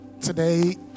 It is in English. Today